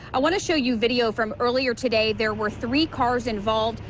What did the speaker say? i want to show you video from earlier today. there were three cars involved.